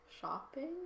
shopping